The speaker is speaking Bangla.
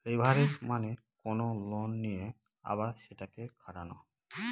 লেভারেজ মানে কোনো লোন নিয়ে আবার সেটাকে খাটানো